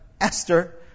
Esther